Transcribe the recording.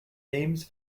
thames